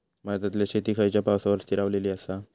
भारतातले शेती खयच्या पावसावर स्थिरावलेली आसा?